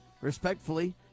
respectfully